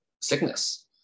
sickness